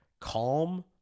calm